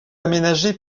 aménagé